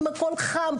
הכול חם,